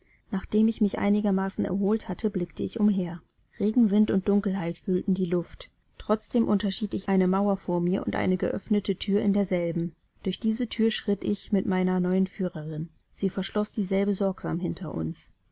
nachdem ich mich einigermaßen erholt hatte blickte ich umher regen wind und dunkelheit füllten die luft trotzdem unterschied ich eine mauer vor mir und eine geöffnete thür in derselben durch diese thür schritt ich mit meiner neuen führerin sie verschloß dieselbe sorgsam hinter uns